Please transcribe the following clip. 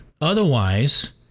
Otherwise